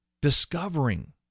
discovering